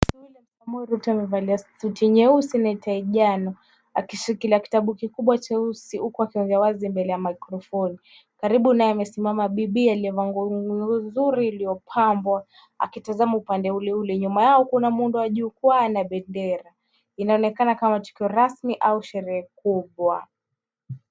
William Samoei Ruto amevalia suti nyeusi na tai njano, akishikilia kitabu kikubwa cheusi, huku akiongea wazi mbele ya microphoni , karibu naye amesimama bibiye aliyevaa nguo nzuri iliyopambwa akitazama upande ule ule, nyuma yao kuna muundo wa jukwaa na bendera, inaonekana kama tukio rasmi au sherehe kubwa.